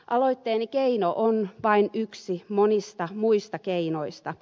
aloitteeni keino on vain yksi monista keinoista